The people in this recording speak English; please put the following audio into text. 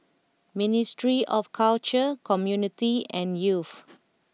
Ministry of Culture Community and Youth